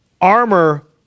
armor